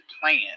plan